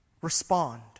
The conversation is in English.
Respond